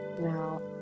Now